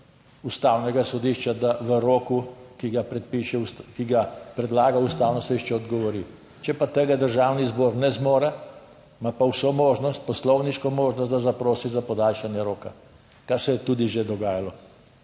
Ustavnega sodišča, da v roku, ki ga predpiše, ki ga predlaga Ustavno sodišče odgovori. Če pa tega Državni zbor ne zmore, ima pa vso možnost, poslovniško možnost, da zaprosi za podaljšanje roka, kar se je tudi že dogajalo.